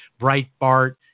Breitbart